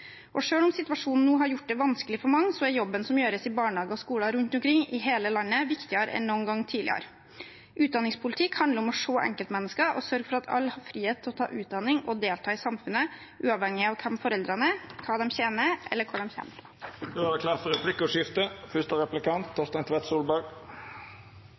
om situasjonen nå har gjort det vanskelig for mange, er jobben som gjøres i barnehager og skoler rundt omkring i hele landet, viktigere enn noen gang tidligere. Utdanningspolitikk handler om å se enkeltmennesker og sørge for at alle har frihet til å ta utdanning og delta i samfunnet, uavhengig av hvem foreldrene er, hva de tjener, eller hvor de kommer fra. Det vert replikkordskifte. Jeg bekymrer meg, som tidligere i dag, for